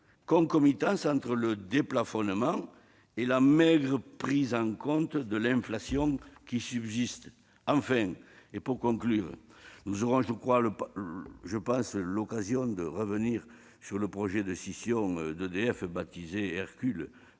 concomitance entre le déplafonnement et la maigre prise en compte de l'inflation qui subsiste ? Enfin, nous aurons je pense l'occasion de revenir sur le projet de scission d'EDF, baptisé Hercule,